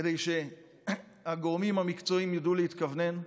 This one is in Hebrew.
כדי שהגורמים המקצועיים ידעו להתכוונן.